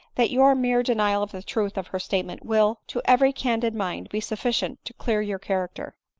that your mere denial of the truth of her statement will, to every candid mind, be sufficient to clear your character.